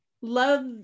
love